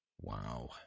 Wow